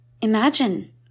Imagine